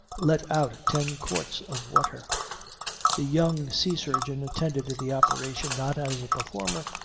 let out ten quarts of water the young sea-surgeon attended the operation, not as a performer,